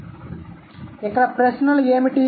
కాబట్టి ప్రశ్నలు ఏమిటి